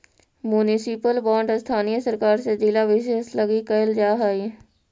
municipal bond स्थानीय सरकार से जिला विशेष लगी कैल जा हइ